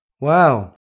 Wow